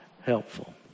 helpful